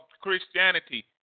Christianity